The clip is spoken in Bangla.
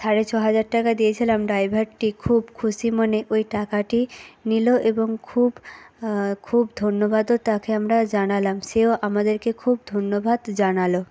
সাড়ে ছ হাজার টাকা দিয়েছিলাম ডাইভারটি খুব খুশি মনে ওই টাকাটি নিল এবং খুব খুব ধন্যবাদও তাকে আমরা জানালাম সেও আমাদেরকে খুব ধন্যবাদ জানালো